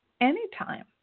anytime